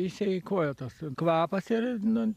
išsieikvoja tasai kvapas ir nu